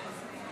ועדת הכנסת,